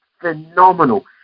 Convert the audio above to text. phenomenal